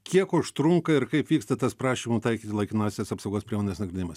kiek užtrunka ir kaip vyksta tas prašymo taikyt laikinąsias apsaugos priemones nagrinėjimas